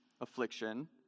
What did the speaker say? affliction